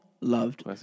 loved